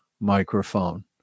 microphone